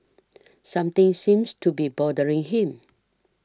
something seems to be bothering him